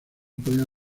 podían